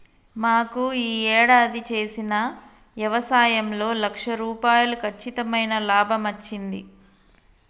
మాకు యీ యేడాది చేసిన యవసాయంలో లక్ష రూపాయలు కచ్చితమైన లాభమచ్చింది